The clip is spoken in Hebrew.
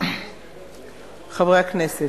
חברי הכנסת,